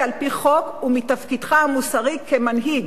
על-פי חוק ומתפקידך המוסרי כמנהיג,